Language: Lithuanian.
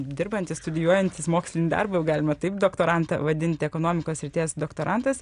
dirbantis studijuojantis mokslinį darbą galima taip doktorantą vadinti ekonomikos srities doktorantas